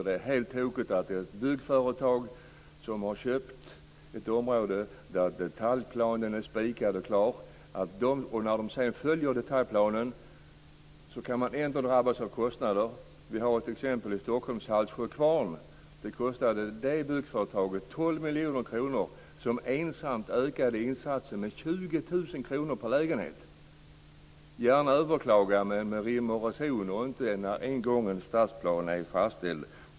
Det är helt tokigt att ett byggföretag som har köpt ett område där detaljplanen är fastställd kan drabbas av kostnader när detaljplanen senare skall fullföljas. Det finns ett exempel i Gärna överklaganden, men de skall ske med rim och reson och inte efter det att stadsplanen är fastställd.